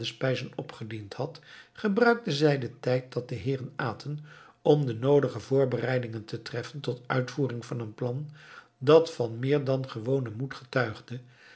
opgediend had gebruikte zij den tijd dat de heeren aten om de noodige voorbereiding te treffen tot uitvoering van een plan dat van meer dan gewonen moed getuigde